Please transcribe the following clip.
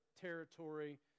territory